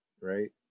right